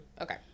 okay